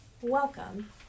Welcome